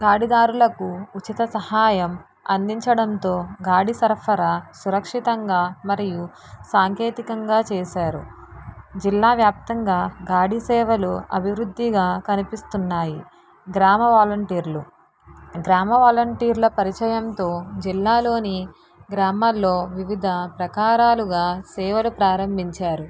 గాడిదారులకు ఉచిత సహాయం అందించడంతో గాడి సరఫరా సురక్షితంగా మరియు సాంకేతికంగా చేశారు జిల్లా వ్యాప్తంగా గాడి సేవలు అభివృద్ధిగా కనిపిస్తున్నాయి గ్రామ వాలంటీర్లు గ్రామ వాలంటీర్ల పరిచయంతో జిల్లాలోని గ్రామాల్లో వివిధ ప్రకారాలుగా సేవలు ప్రారంభించారు